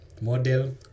model